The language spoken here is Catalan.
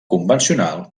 convencional